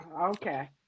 okay